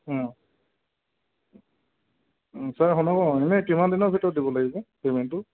sir হ'লেও এনে কিমান দিনৰ ভিতৰত দিব লাগিব পে'মেণ্টটো